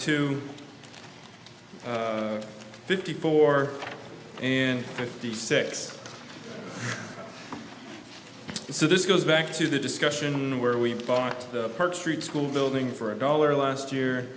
two fifty four in fifty six so this goes back to the discussion where we bought the park street school building for a dollar last year